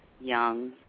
young